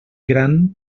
gran